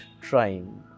trying